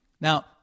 Now